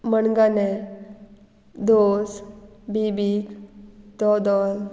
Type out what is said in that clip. मणगणें दोस बीबीक दोदोल